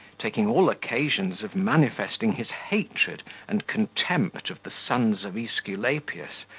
taking all occasions of manifesting his hatred and contempt of the sons of esculapius,